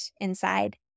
inside